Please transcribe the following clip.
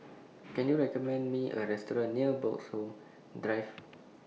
Can YOU recommend Me A Restaurant near Bloxhome Drive